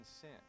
sin